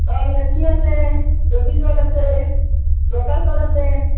অঁ লেকমিৰ আছে জভিজৰ আছে ল'টাছৰ আছে